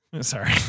sorry